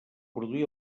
produir